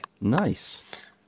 Nice